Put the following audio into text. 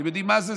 אתם יודעים מה זה,